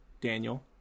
Daniel